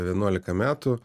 vienuolika metų